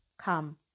come